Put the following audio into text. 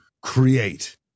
create